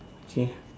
okay